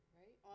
right